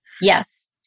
Yes